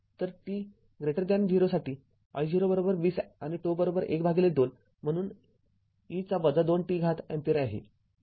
तर t 0 साठी I0२० आणि ζ१२ म्हणून e २t अँपिअर आहे